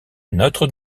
notre